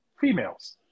females